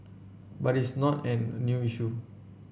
but it's not an new issue